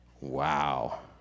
Wow